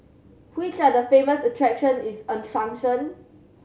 which are the famous attraction in Asuncion